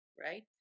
right